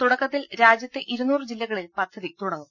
തുടക്കത്തിൽ രാജ്യത്തെ ഇരുന്നൂറ് ജില്ലകളിൽ പദ്ധതി തുടങ്ങും